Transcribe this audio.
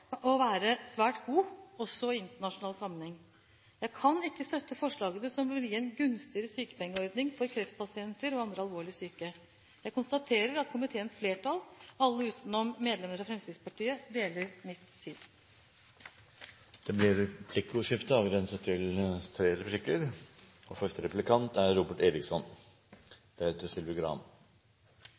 å være svært god, også i internasjonal sammenheng. Jeg kan ikke støtte forslagene som vil gi en gunstigere sykepengeordning for kreftpasienter og andre alvorlig syke. Jeg konstaterer at komiteens flertall – alle utenom medlemmene fra Fremskrittspartiet – deler mitt syn. Det blir replikkordskifte. Når jeg hører at statsråden i sitt innlegg sier at tidskontoordningen er